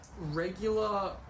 regular